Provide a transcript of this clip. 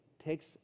takes